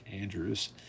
Andrews